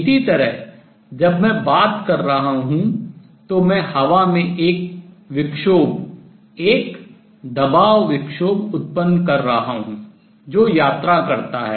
इसी तरह जब मैं बात कर रहा हूँ तो मैं हवा में एक विक्षोभ एक दबाव विक्षोभ उत्पन्न कर रहा हूँ जो यात्रा करता है